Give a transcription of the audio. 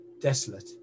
desolate